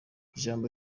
ijambo